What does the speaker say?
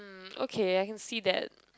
mm okay I can see that